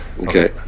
Okay